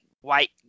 white